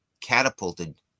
catapulted